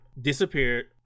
disappeared